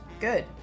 Good